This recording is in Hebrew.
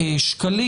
שקלים.